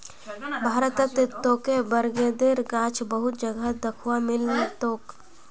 भारतत तोके बरगदेर गाछ बहुत जगहत दख्वा मिल तोक